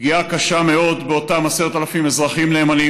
פגיעה קשה מאוד באותם 10,000 אזרחים נאמנים,